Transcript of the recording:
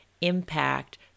impact